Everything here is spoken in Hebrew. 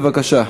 בבקשה.